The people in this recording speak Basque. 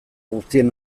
guztien